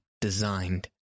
designed